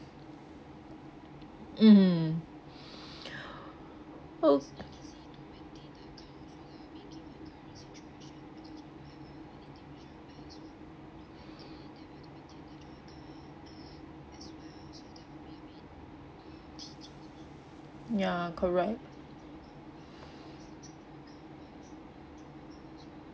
mm oh ya correct